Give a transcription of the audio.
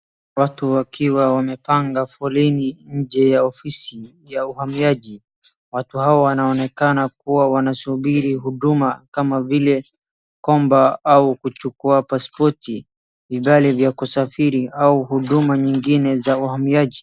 Watu wakiwa wamepanga foleni nje ya ofisi ya uhamiaji . Watu hao wanaonekana kuwa wanasuburi huduma kama vile koba au kuchukua pasipoti vidhali za kusafiri au huduma zingine za uhamiaji.